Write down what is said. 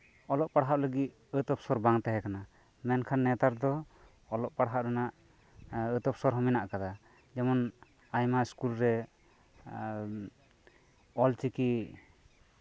ᱚᱞᱚᱜ ᱯᱟᱲᱦᱟᱜ ᱞᱟᱹᱜᱤᱫ ᱟᱹᱛ ᱚᱯᱥᱚᱨ ᱵᱟᱝ ᱛᱟᱸᱦᱮ ᱠᱟᱱᱟ ᱢᱮᱱᱠᱷᱟᱱ ᱱᱮᱛᱟᱨ ᱫᱚ ᱚᱞᱚᱜ ᱯᱟᱲᱦᱟᱜ ᱨᱮᱱᱟᱜ ᱟᱹᱛ ᱚᱯᱥᱚᱨ ᱦᱚᱸ ᱢᱮᱱᱟᱜ ᱟᱠᱟᱫᱟ ᱡᱮᱢᱚᱱ ᱟᱭᱢᱟ ᱤᱥᱠᱩᱞ ᱨᱮ ᱚᱞᱪᱤᱠᱤ